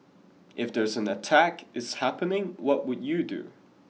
if there's an attack is happening what would you do